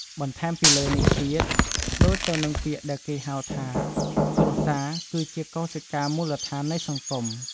បន្ថែមពីលើនេះទៀត ដូចទៅនឹងពាក្យដែលគេហៅថា គ្រួសារគឺជាកោសិកាមូលដ្ឋាននៃសង្គម។